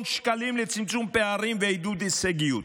שקלים לצמצום פערים ולעידוד הישגיות.